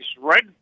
red